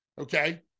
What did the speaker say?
okay